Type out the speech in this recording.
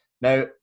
now